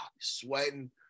Sweating